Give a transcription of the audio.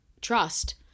trust